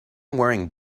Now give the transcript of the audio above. wearing